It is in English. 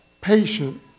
patient